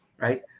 right